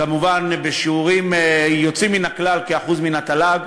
כמובן בשיעורים יוצאים מן הכלל כאחוז מן התל"ג,